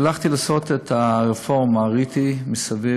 כשהלכתי לעשות את הרפורמה ראיתי מסביב,